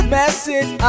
message